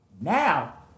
Now